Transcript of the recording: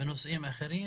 בנושאים אחרים,